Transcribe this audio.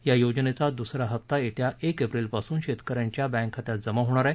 या योजनेचा दुसरा हप्ता येत्या एक एप्रिलपासून शेतकऱ्यांच्या बँक खात्यात जमा होणार आहे